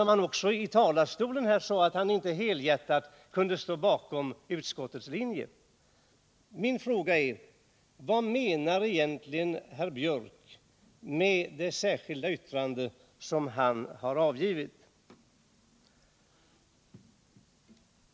Han sade också från denna talarstol att han inte helhjärtat kunde stå bakom utskottets linje. Min fråga är: Vad menar egentligen herr Gunnar Biörck i Värmdö med det särskilda yttrande som han har avgivit?